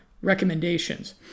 recommendations